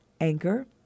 Anchor